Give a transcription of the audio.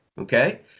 Okay